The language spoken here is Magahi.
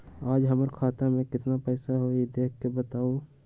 आज हमरा खाता में केतना पैसा हई देख के बताउ?